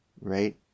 right